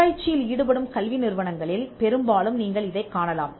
ஆராய்ச்சியில் ஈடுபடும் கல்வி நிறுவனங்களில் பெரும்பாலும் நீங்கள் இதைக் காணலாம்